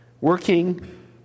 Working